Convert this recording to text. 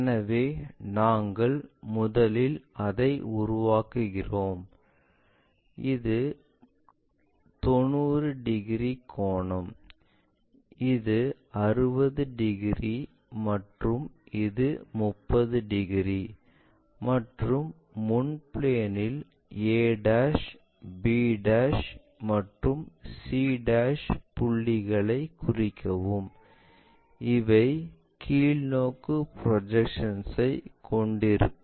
எனவே நாங்கள் முதலில் அதை உருவாக்குகிறோம் இது 90 டிகிரி கோணம் இது 60 டிகிரி மற்றும் இது 30 டிகிரி மற்றும் முன் பிளேனில் a b மற்றும் c புள்ளிகளை குறிக்கவும் இவை கீழ்நோக்கி ப்ரொஜெக்ஷன்ஐ கொண்டிருக்கும்